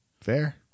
Fair